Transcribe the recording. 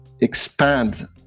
expand